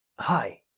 hi,